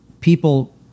people